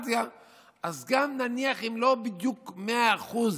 אז גם, נניח, אם לא בדיוק במאה אחוז